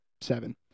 seven